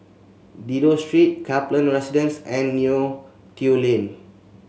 Dido Street Kaplan Residence and Neo Tiew Lane